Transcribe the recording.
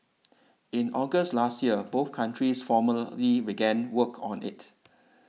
in August last year both countries formally began work on it